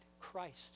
Christ